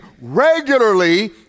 regularly